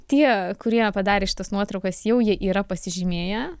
tie kurie padarė šitas nuotraukas jau jie yra pasižymėję